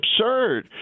absurd